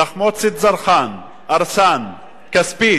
תחמוצת זרחן, ארסן, כספית,